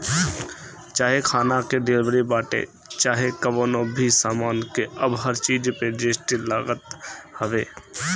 चाहे खाना के डिलीवरी बाटे चाहे कवनो भी सामान के अब हर चीज पे जी.एस.टी लागत हवे